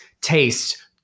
tastes